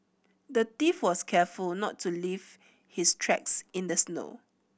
the thief was careful not to leave his tracks in the snow